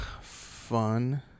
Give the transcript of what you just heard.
fun